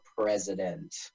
president